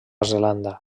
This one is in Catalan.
zelanda